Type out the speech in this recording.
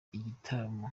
igitaramo